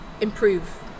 improve